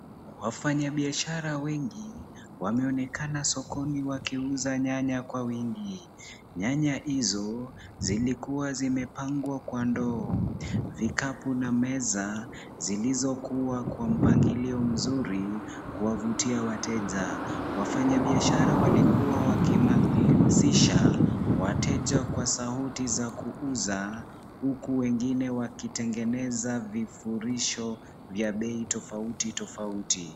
Wafanyabiashara wengi, wameonekana sokoni wakiuza nyanya kwa wingi. Nyanya hizo zilikua zimepangwa kwa ndoo, vikapu na meza zilizokua kwa mpangilio mzuri kuwavutia wateja. Wafanyabiashara walikua wakihamasisha wateja kwa sauti za kuuza huku wengine wakitengeneza vifurisho vya bei tofauti tofauti.